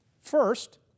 First